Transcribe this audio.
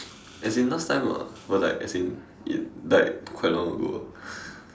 as in last time ah but like as in in like quite long ago